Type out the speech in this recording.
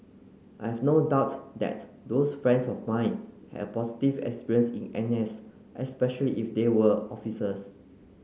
I have no doubt that those friends of mine have positive experience in N S especially if they were officers